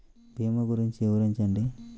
భీమా గురించి వివరించండి?